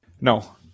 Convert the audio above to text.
No